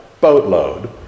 boatload